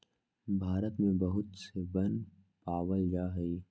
भारत में बहुत से वन पावल जा हई